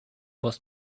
was